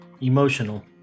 emotional